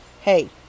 hey